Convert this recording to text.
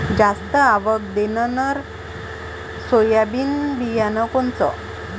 जास्त आवक देणनरं सोयाबीन बियानं कोनचं?